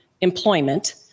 employment